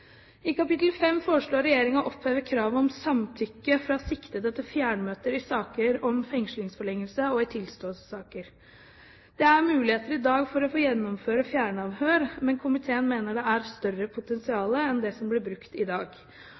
I kapittel 5 foreslår regjeringen å oppheve kravet om samtykke fra siktede til fjernmøter i saker om fengslingsforlengelse og i tilståelsessaker. Det er muligheter i dag for å få gjennomføre fjernavhør, men komiteen mener det er et større potensial enn det som blir brukt i dag.